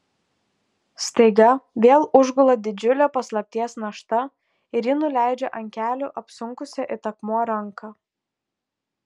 staiga vėl užgula didžiulė paslapties našta ir ji nuleidžia ant kelių apsunkusią it akmuo ranką